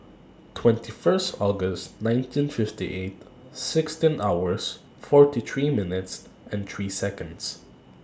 twenty First August nineteen fifty eight sixteen hours forty three minutes and three Seconds